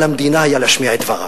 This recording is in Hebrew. על המדינה היה להשמיע את דברה.